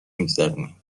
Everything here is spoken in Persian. میگذرونیم